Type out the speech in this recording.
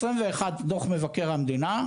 2021 דוח מבקר המדינה.